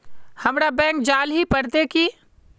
हमरा बैंक जाल ही पड़ते की?